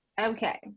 Okay